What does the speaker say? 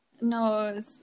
No